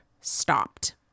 stopped